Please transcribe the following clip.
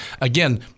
again